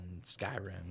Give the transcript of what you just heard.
Skyrim